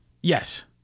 Yes